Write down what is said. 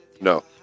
No